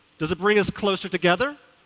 does it bring us closer together,